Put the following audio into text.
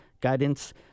guidance